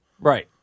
Right